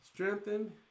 Strengthen